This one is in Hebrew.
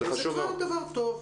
זה כבר דבר טוב,